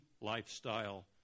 lifestyle